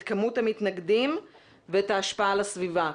את כמות המתנגדים ואת ההשפעה על הסביבה.